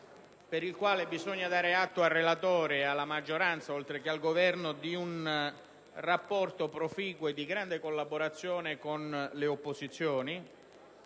per il quale bisogna dare atto al relatore, oltre che alla maggioranza ed al Governo, di un rapporto proficuo e di grande collaborazione con le opposizioni.